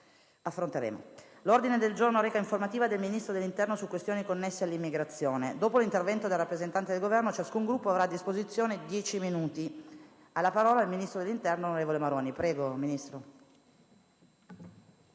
L'ordine del giorno reca: «Informativa del Ministro dell'interno su questioni connesse all'immigrazione». Dopo l'intervento del rappresentante del Governo, ciascun Gruppo avrà a disposizione dieci minuti. Ha facoltà di parlare il ministro dell'interno, onorevole Maroni.